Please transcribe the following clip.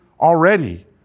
already